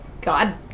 God